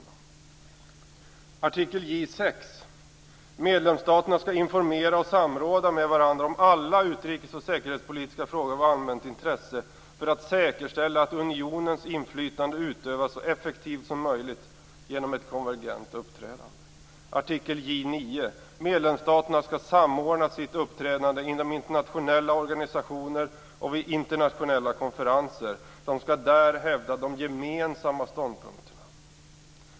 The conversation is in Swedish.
I artikel J 6 står det: Medlemsstaterna skall informera och samråda med varandra om alla utrikes och säkerhetspolitiska frågor av allmänt intresse för att säkerställa att unionens inflytande utövas så effektivt som möjligt genom ett konvergent uppträdande. I artikel J 9 står det att medlemsstaterna skall samordna sitt uppträdande inom internationella organisationer och vid internationella konferenser. De skall där hävda de gemensamma ståndpunkterna.